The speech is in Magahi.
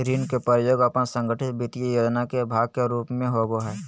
ऋण के प्रयोग अपन संगठित वित्तीय योजना के भाग के रूप में होबो हइ